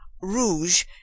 rouge